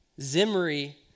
Zimri